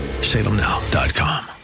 salemnow.com